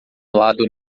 lado